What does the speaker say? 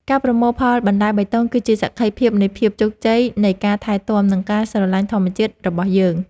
ការប្រមូលផលបន្លែបៃតងគឺជាសក្ខីភាពនៃភាពជោគជ័យនៃការថែទាំ និងការស្រឡាញ់ធម្មជាតិរបស់យើង។